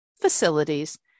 facilities